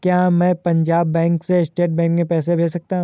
क्या मैं पंजाब बैंक से स्टेट बैंक में पैसे भेज सकता हूँ?